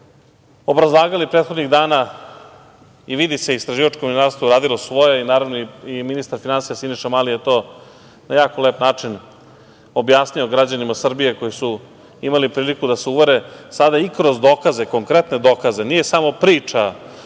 obrazlagali prethodnih dana i vidi se da je istraživačko novinarstvo radilo svoje. Naravno i ministar finansija Siniša Mali je to na jako lep način objasnio građanima Srbije koji su imali priliku da se uvere sada i kroz dokaze, konkretne dokaze, nije samo priča